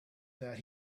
that